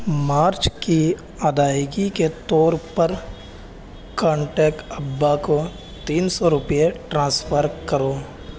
مارچ کی ادائیگی کے طور پر کانٹیکٹ ابا کو تین سو روپے ٹرانسفر کرو